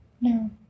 No